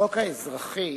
החוק האזרחי